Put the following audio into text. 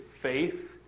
faith